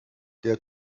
der